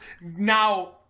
now